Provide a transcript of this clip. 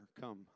Come